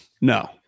No